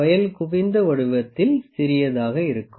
வொயல் குவிந்த வடிவத்தில் சிறியதாக இருக்கும்